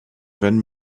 wenn